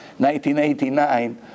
1989